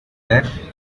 that